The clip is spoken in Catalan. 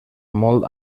molt